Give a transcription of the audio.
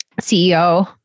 CEO